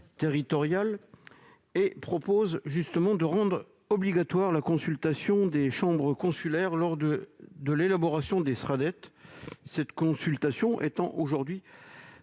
territoriales de manière à rendre obligatoire la consultation des chambres consulaires lors de l'élaboration des Sraddet, cette consultation étant aujourd'hui